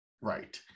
Right